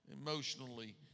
emotionally